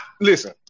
listen